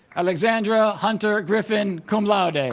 alexandra hunter griffin cum laude and